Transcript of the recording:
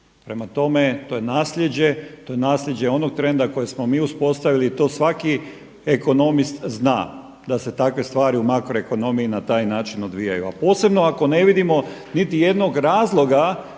je nasljeđe, to je nasljeđe onog trenda koje smo mi uspostavili, to svaki ekonomist zna da se takve stvari u makroekonomiji na taj način odvijaju, a posebno ako ne vidimo niti jednog razloga